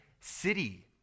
city